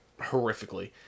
horrifically